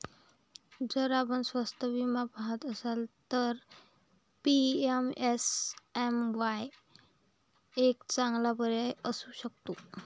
जर आपण स्वस्त विमा पहात असाल तर पी.एम.एस.एम.वाई एक चांगला पर्याय असू शकतो